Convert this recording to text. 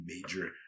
major